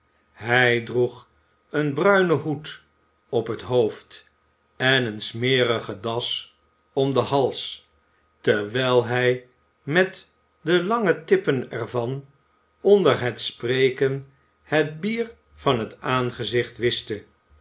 hij droeg een bruinen hoed op het hoofd en eene smerige das om den hals terwijl hij met de lange tippen er van onder het spreken het bier van het aangezicht wischte